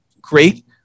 great